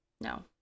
No